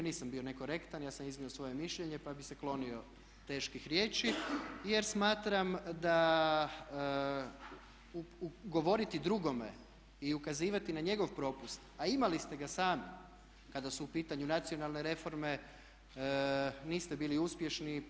Nisam bio nekorektan, ja sam iznio svoje mišljenje, pa bih se klonio teških riječi jer smatram da govoriti drugome i ukazivati na njegov propust, a imali ste ga sami kada su u pitanju nacionalne reforme niste bili uspješni.